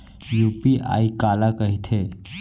UPI काला कहिथे?